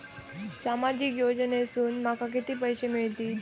सामाजिक योजनेसून माका किती पैशे मिळतीत?